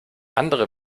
andere